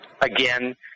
Again